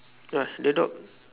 !wah! the dog